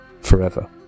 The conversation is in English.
forever